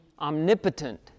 omnipotent